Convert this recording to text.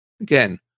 Again